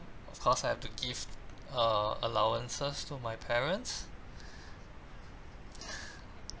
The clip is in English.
of course I have to give uh allowances to my parents